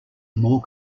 more